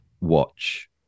watch